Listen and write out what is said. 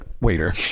waiter